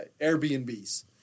Airbnbs